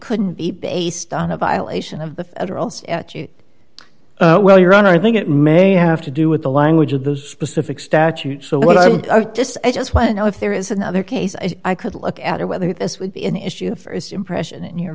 couldn't be based on a violation of the federal statute well your honor i think it may have to do with the language of those specific statute so what i just i just want to know if there is another case i could look at or whether this would be an issue st impression in your